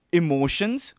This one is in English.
emotions